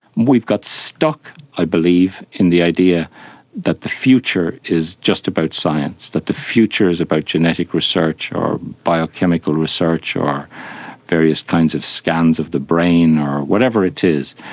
we've got stuck, i believe, in the idea that the future is just about science, that the future is about genetic research or biochemical research or various kinds of scans of the brain, or whatever it is.